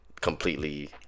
completely